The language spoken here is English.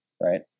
Right